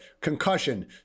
concussion